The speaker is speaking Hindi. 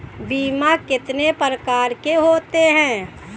बीमा कितने प्रकार के होते हैं?